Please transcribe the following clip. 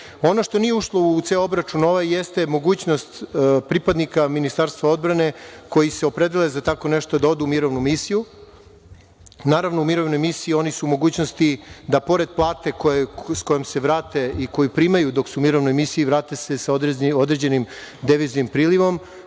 što nije ušlo u ceo ovaj obračun jeste mogućnost pripadnika Ministarstva odbrane koji se opredele za tako nešto da odu u mirovnu misiju. Naravno, u naravne misije, oni su u mogućnosti da pored plate sa kojom se vrate i koju primaju dok su u mirovnoj misiji, vrate se sa određenim deviznim prilivom